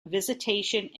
visitation